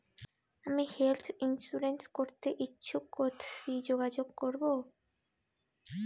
আমি health insurance করতে ইচ্ছুক কথসি যোগাযোগ করবো?